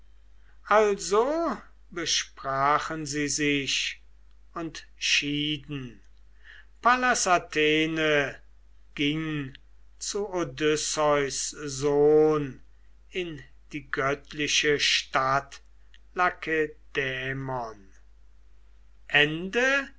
also besprachen sie sich und schieden pallas athene ging zu odysseus sohn in die göttliche stadt